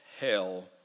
hell